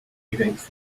against